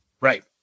right